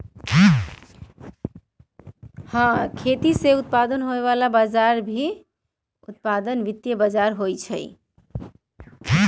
खेतीया से होवे वाला उत्पादन के भी वित्त बाजार ही देखा हई